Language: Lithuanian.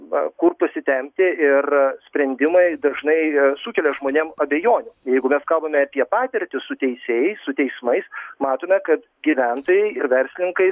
va kur pasitempti ir sprendimai dažnai sukelia žmonėm abejonių jeigu mes kalbame apie patirtį su teisėjai su teismais matome kad gyventojai ir verslininkai